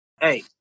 Hey